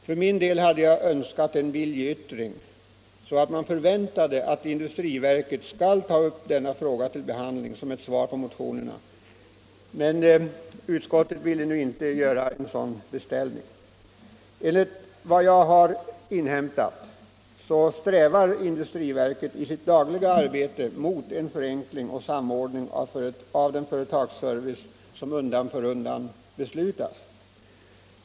För min del hade jag önskat en viljeyttring som svar på motionerna i form av en uppmaning till industriverket att ta upp denna fråga till behandling, men utskottet ville nu inte göra en sådan beställning. Enligt vad jag har inhämtat strävar industriverket i sitt dagliga arbete i riktning mot en förenkling och samordning av den företagsservice som undan för undan beslutats.